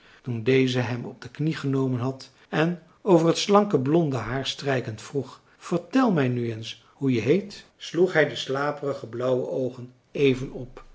toen deze hem op de knie genomen had en over het slanke blonde haar strijkend vroeg vertel mij nu eens hoe je heet sloeg hij de slaperige blauwe oogen even op